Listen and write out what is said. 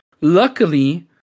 luckily